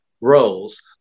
roles